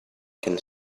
could